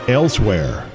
elsewhere